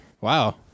Wow